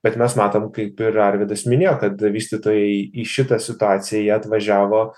bet mes matom kaip ir arvydas minėjo kad vystytojai į šitą situaciją jie atvažiavo